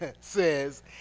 says